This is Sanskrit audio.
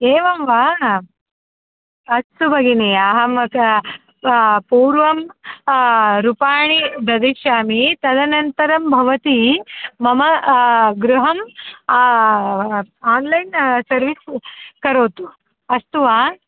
एवं वा अस्तु भगिनि अहं पूर्वं रूपाणि दास्यामि तदनन्तरं भवती मम गृहम् आन्लैन् सर्विस् करोतु अस्तु वा